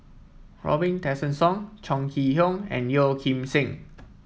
Robin Tessensohn Chong Kee Hiong and Yeo Kim Seng